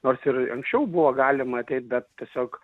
nors ir anksčiau buvo galima ateit bet tiesiog